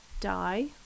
die